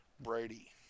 Brady